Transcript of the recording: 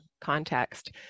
context